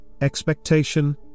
expectation